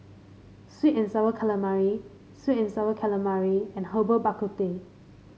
sweet and sour calamari sweet and sour calamari and Herbal Bak Ku Teh